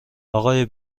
آقای